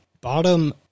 bottom